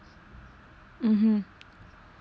mmhmm